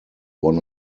one